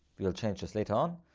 we'll change this later on,